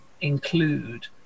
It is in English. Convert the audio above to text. include